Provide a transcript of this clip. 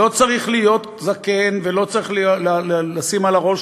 לא צריך להיות זקן ולא צריך לשים על הראש